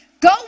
go